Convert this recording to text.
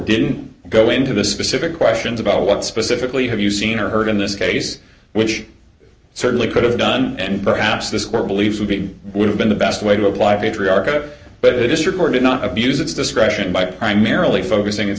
didn't go into the specific questions about what specifically have you seen or heard in this case which certainly could have done and perhaps this court believes would be would have been the best way to apply patriarchate but it is your core did not abuse its discretion by primarily focusing i